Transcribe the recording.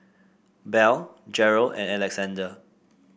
Belle Jerald and Alexander